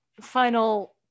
final